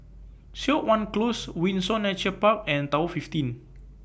Siok Wan Close Windsor Nature Park and Tower fifteen